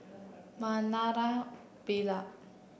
Naraina Pillai